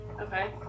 okay